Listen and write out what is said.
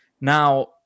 Now